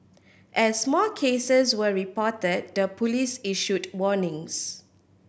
as more cases were reported the police issued warnings